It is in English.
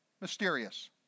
mysterious